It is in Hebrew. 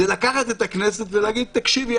זה לקחת את הכנסת ולהגיד: תקשיבי,